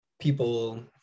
people